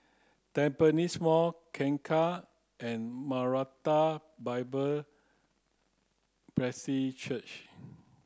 Tampines Mall Kangkar and Maranatha Bible Presby Church